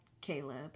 Caleb